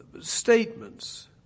statements